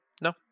No